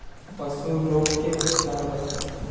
पशु रोग के उपचार बताई?